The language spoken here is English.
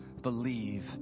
believe